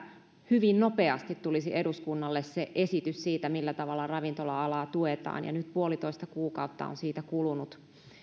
hyvin nopeasti tulisi eduskunnalle esitys siitä millä tavalla ravintola alaa tuetaan ja nyt puolitoista kuukautta on siitä kulunut